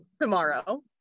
tomorrow